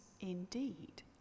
indeed